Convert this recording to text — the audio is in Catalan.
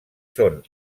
són